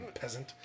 peasant